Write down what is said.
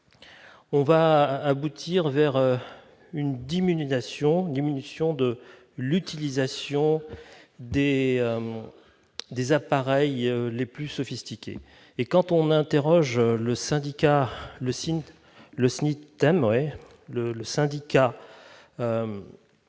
On va aboutir à une diminution de l'utilisation des appareils les plus sophistiqués. Quand on interroge le SNITEM, le syndicat